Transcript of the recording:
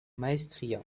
maestria